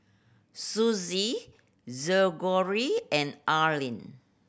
Suzy Greggory and Allyn